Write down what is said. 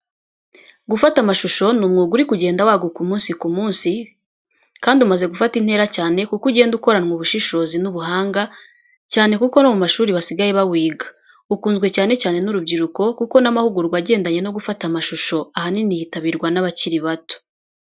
Gufata amashusho ni umwuga uri kugenda waguka umunsi ku munsi kandi umaze gufata intera cyane kuko ugenda ukoranwa ubushishozi n'ubuhanga cyane kuko no mu mashuri basigaye bawiga. Ukunzwe cyane cyane n'urubyiruko kuko n'amahugurwa agendanye no gufata amashusho ahanini yitabirwa n'abakiri bato.